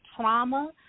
trauma